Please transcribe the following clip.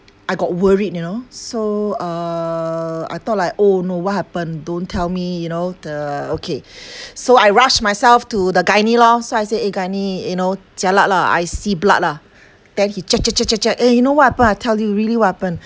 I got worried you know so uh I thought like oh no what happen don't tell me you know the okay so I rush myself to the gynae lor so I say eh gynae you know jialat lah I see blood lah then he check check check check check eh you know what happen I tell you really what happen